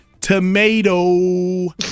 tomato